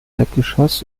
erdgeschoss